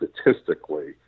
statistically